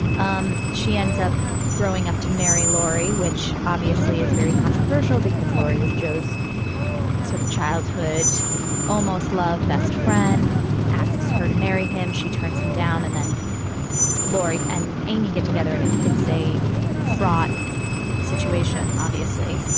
um she ends up growing up to marry laurie, which obviously is very controversial because laurie was joe's sort of childhood almost love best friend asks her to marry him. she turned him down and then laurie and amy get together. and it's a fraught situation. obviously,